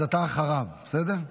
אז אתה אחריו, בסדר?